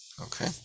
okay